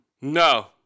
no